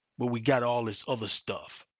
where we got all this other stuff.